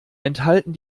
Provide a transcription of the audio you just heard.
enthalten